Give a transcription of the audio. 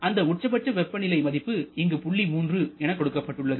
அந்த உச்ச பட்ச வெப்பநிலை மதிப்பு இங்கு புள்ளி 3 என கொடுக்கப்பட்டுள்ளது